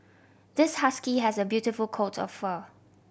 this husky has a beautiful coat of fur